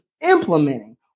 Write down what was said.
implementing